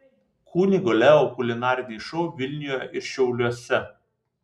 kunigo leo kulinariniai šou vilniuje ir šiauliuose